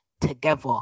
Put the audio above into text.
together